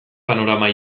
panorama